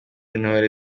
intore